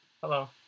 Hello